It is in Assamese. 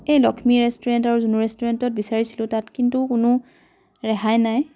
এই লক্ষ্মী ৰেষ্টুৰেণ্ট আৰু জুনু ৰেষ্টুৰেণ্টত বিচাৰিছিলোঁ তাত কিন্তু কোনো ৰেহাই নাই